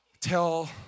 tell